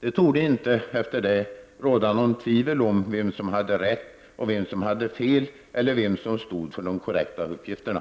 Det torde inte efter detta råda något tvivel om vem som hade rätt och vem som hade fel eller vem som stod för den korrekta uppgiften.